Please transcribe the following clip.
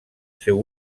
seu